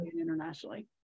internationally